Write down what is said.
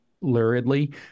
luridly